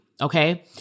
Okay